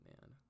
man